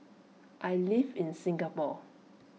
I live in Singapore